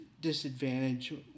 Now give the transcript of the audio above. disadvantage